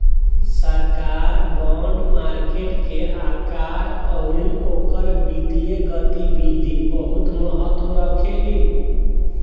सरकार bond market के आकार अउरी ओकर वित्तीय गतिविधि बहुत महत्व रखेली